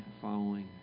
following